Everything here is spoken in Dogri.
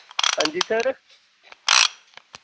अंजी सर